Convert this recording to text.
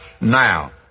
now